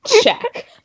Check